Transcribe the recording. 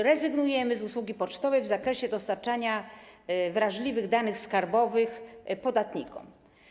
Rezygnujemy z usługi pocztowej w zakresie dostarczania wrażliwych danych skarbowych podatnikom.